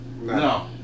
No